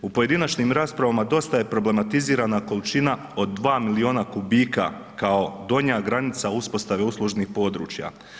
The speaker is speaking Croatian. U pojedinačnim raspravama dosta je problematizirana količina od 2 miliona kubika kao donja granica uspostave uslužnih područja.